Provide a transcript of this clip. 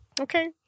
okay